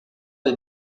des